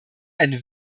ein